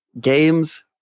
Games